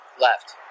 left